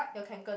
your kanken